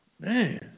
Man